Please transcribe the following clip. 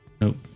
nope